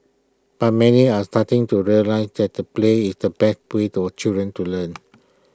but many are starting to realize that the play is the best way to our children to learn